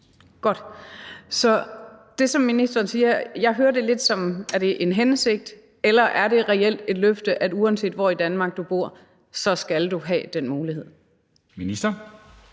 det, som ministeren siger, som en hensigt, eller er det reelt et løfte om, at uanset hvor i Danmark du bor, skal du have den mulighed?